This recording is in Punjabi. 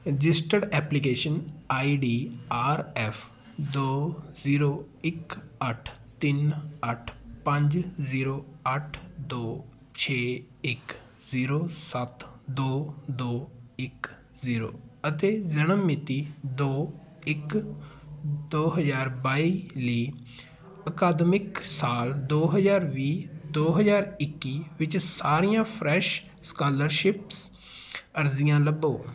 registered application I D R F ਦੋ ਜ਼ੀਰੋ ਇੱਕ ਅੱਠ ਤਿੰਨ ਅੱਠ ਪੰਜ ਜ਼ੀਰੋ ਅੱਠ ਦੋ ਛੇ ਇੱਕ ਜ਼ੀਰੋ ਸੱਤ ਦੋ ਦੋ ਇੱਕ ਜ਼ੀਰੋ ਅਤੇ ਜਨਮ ਮਿਤੀ ਦੋ ਇੱਕ ਦੋ ਹਜ਼ਾਰ ਬਾਈ ਲਈ ਅਕਾਦਮਿਕ ਸਾਲ ਦੋ ਹਜ਼ਾਰ ਵੀਹ ਦੋ ਹਜ਼ਾਰ ਇੱਕੀ ਵਿੱਚ ਸਾਰੀਆਂ ਫਰੈਸ਼ ਸਕਾਲਰਸ਼ਿਪਸ ਅਰਜ਼ੀਆਂ ਲੱਭੋ